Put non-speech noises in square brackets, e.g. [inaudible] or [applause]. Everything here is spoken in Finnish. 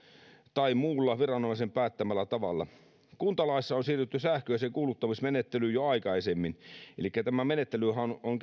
tai muulla viranomaisen päättämällä tavalla kuntalaissa on siirrytty sähköiseen kuuluttamismenettelyyn jo aikaisemmin elikkä tämä menettelyhän on [unintelligible]